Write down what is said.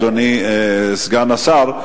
אדוני סגן השר,